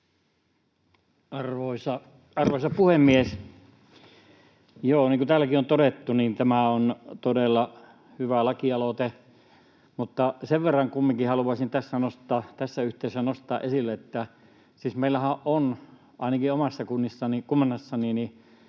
Arvoisa puhemies! Joo, niin kuin täälläkin on todettu, tämä on todella hyvä lakialoite. Sen verran kumminkin haluaisin tässä yhteydessä nostaa esille, että siis meillähän on, ainakin omassa kunnassani,